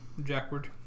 Jackward